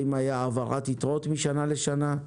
האם הייתה העברת יתרות משנה לשנה,